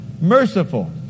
Merciful